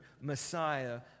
Messiah